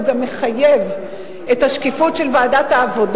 הוא גם מחייב את השקיפות של עבודת הוועדה